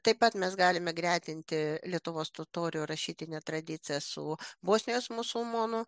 taip pat mes galime gretinti lietuvos totorių rašytinę tradiciją su bosnijos musulmonų